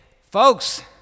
folks